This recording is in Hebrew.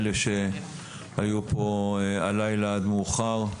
אלה שהיו פה הלילה עד מאוחר,